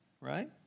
right